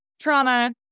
trauma